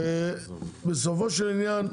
בסופו של עניין,